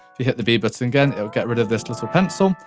you hit the b button again, it will get rid of this little pencil.